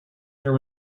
there